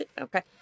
Okay